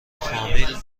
فامیل